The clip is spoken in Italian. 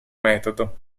metodo